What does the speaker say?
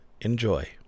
Enjoy